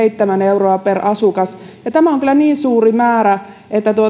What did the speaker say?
eli satakahdeksankymmentäseitsemän euroa per asukas ja tämä on kyllä niin suuri määrä että